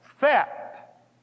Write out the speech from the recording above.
set